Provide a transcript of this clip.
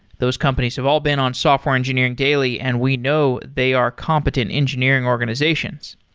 those companies have all been on software engineering daily and we know they are competent engineering organizations.